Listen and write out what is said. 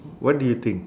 what do you think